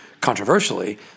controversially